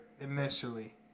initially